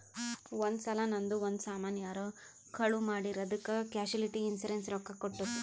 ಒಂದ್ ಸಲಾ ನಂದು ಒಂದ್ ಸಾಮಾನ್ ಯಾರೋ ಕಳು ಮಾಡಿರ್ ಅದ್ದುಕ್ ಕ್ಯಾಶುಲಿಟಿ ಇನ್ಸೂರೆನ್ಸ್ ರೊಕ್ಕಾ ಕೊಟ್ಟುತ್